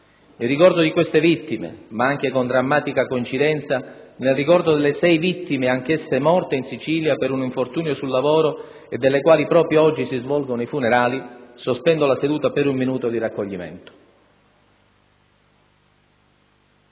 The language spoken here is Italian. Nel ricordo di queste vittime, ma anche - con drammatica coincidenza - nel ricordo delle sei vittime anch'esse morte in Sicilia per un infortunio sul lavoro, delle quali proprio oggi si svolgono i funerali, invito l'Assemblea ad osservare un minuto di raccoglimento.